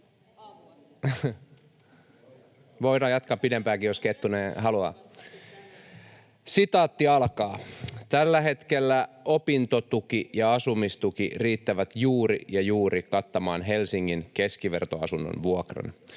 Voidaan jatkaa pidempäänkin, jos Kettunen haluaa. ”Tällä hetkellä opintotuki ja asumistuki riittävät juuri ja juuri kattamaan Helsingin keskivertoasunnon vuokran.